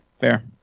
fair